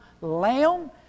lamb